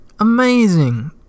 amazing